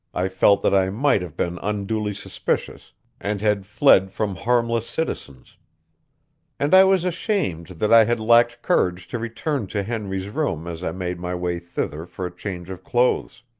i felt that i might have been unduly suspicious and had fled from harmless citizens and i was ashamed that i had lacked courage to return to henry's room as i made my way thither for a change of clothes.